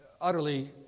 utterly